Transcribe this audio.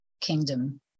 kingdom